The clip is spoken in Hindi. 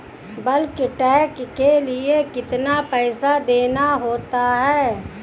बल्क टैंक के लिए कितना पैसा देना होता है?